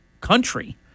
country